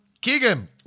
Keegan